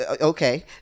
okay